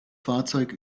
fahrzeug